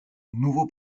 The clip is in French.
nouveau